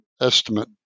estimate